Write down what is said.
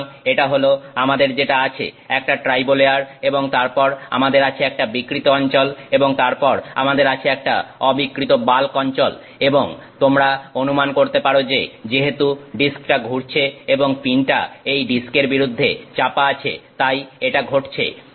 সুতরাং এটা হল আমাদের যেটা আছে একটা ট্রাইবো লেয়ার এবং তারপর আমাদের আছে একটা বিকৃত অঞ্চল এবং তারপর আমাদের আছে একটা অবিকৃত বাল্ক অঞ্চল এবং তোমরা অনুমান করতে পারো যে যেহেতু ডিস্কটা ঘুরছে এবং পিনটা এই ডিস্কের বিরুদ্ধে চাপা আছে তাই এটা ঘটছে